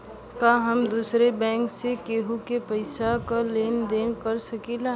का हम दूसरे बैंक से केहू के पैसा क लेन देन कर सकिला?